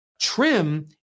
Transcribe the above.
Trim